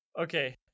okay